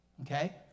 okay